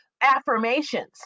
affirmations